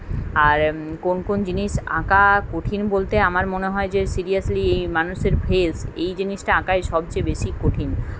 আর কোন কোন জিনিস আঁকা কঠিন বলতে আমার মনে হয় যে সিরিয়াসলি এই মানুষের ফেস এই জিনিসটা আঁকাই সবচেয়ে বেশি কঠিন